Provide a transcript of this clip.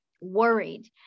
worried